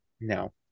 No